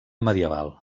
medieval